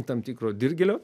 tam tikro dirgėlio